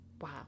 wow